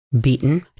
beaten